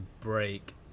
break